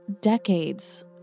decades